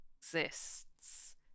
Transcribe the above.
exists